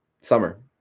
summer